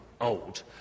old